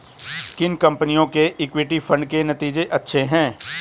किन कंपनियों के इक्विटी फंड के नतीजे अच्छे हैं?